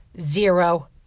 zero